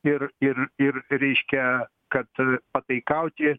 ir ir ir reiškia kad pataikauti